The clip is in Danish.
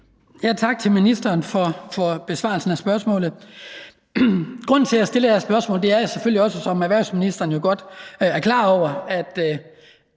Tak til ministeren for besvarelsen af spørgsmålet. Grunden til, at jeg stiller det her spørgsmål, er, at vi, som erhvervsministeren jo godt er klar over,